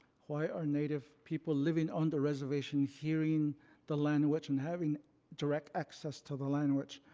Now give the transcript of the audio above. why are native people living on the reservation, hearing the language and having direct access to the language,